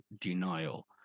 denial